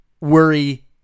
worry